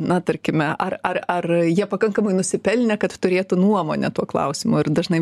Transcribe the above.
na tarkime ar ar ar jie pakankamai nusipelnę kad turėtų nuomonę tuo klausimu ir dažnai